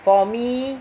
for me